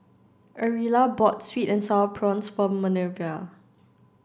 Ariella bought sweet and sour prawns for Minervia